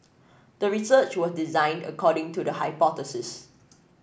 the research was designed according to the hypothesis